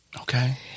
Okay